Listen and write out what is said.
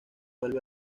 vuelve